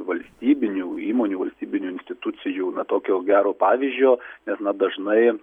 valstybinių įmonių valstybinių institucijų na tokio gero pavyzdžio nes na dažnai